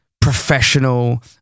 professional